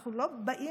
אנחנו לא באים